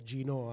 Gino